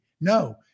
No